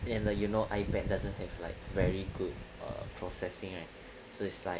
and the you know ipad doesn't have like very good or processing right so is like